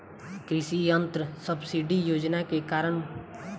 कृषि यंत्र सब्सिडी योजना के कारण?